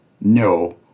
No